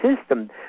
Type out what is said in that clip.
system